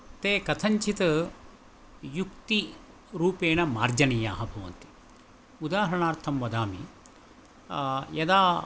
ते कथञ्चित् युक्तिरूपेण मार्जनीयाः भवन्ति उदाहरणार्थं वदामि यदा